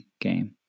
game